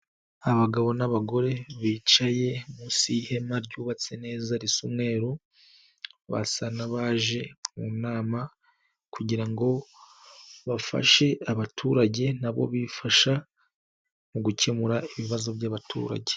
Abagabo n'abagore bicaye munsi y'ihema ryubatse neza risa umweru basa n'abaje mu nama kugira ngo bafashe abaturage na bo bifasha mu gukemura ibibazo by'abaturage.